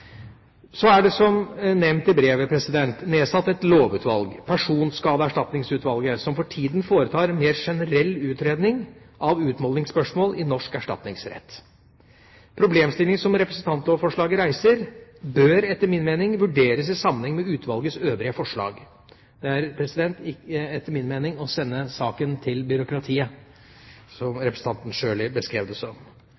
Så er det som nevnt i brevet nedsatt et lovutvalg, Personskadeerstatningsutvalget, som for tida foretar en mer generell utredning av utmålingsspørsmål i norsk erstatningsrett. Problemstillingen som representantlovforslaget reiser, bør etter min mening vurderes i sammenheng med utvalgets øvrige forslag. Det er ikke etter min mening å skyve saken over til byråkratiet, som